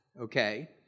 okay